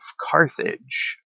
carthage